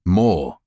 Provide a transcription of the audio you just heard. more